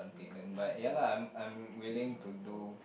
payment but ya lah I'm I'm willing to do